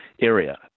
area